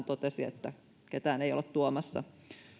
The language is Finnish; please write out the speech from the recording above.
totesi että ketään ei olla tuomassa